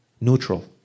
neutral